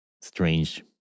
strange